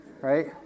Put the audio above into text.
right